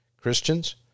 Christians